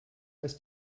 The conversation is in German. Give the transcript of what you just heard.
ist